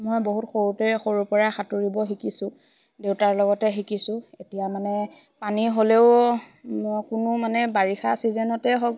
মই বহুত সৰুতে সৰুৰ পৰাই সাঁতুৰিব শিকিছোঁ দেউতাৰ লগতে শিকিছোঁ এতিয়া মানে পানী হ'লেও কোনো মানে বাৰিষা ছিজেনতে হওক